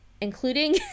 including